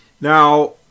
Now